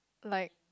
like